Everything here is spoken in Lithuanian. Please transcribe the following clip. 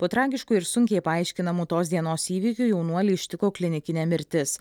po tragiškų ir sunkiai paaiškinamų tos dienos įvykių jaunuolį ištiko klinikinė mirtis